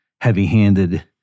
heavy-handed